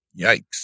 Yikes